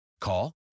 Call